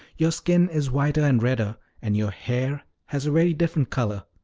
your skin is whiter and redder, and your hair has a very different color.